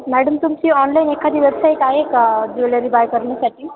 madam तुमची online एखादी website आहे का ज्वेलरी बाय करण्यासाठी